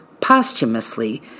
posthumously